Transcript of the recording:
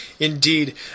Indeed